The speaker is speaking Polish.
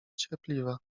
cierpliwa